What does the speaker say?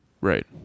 Right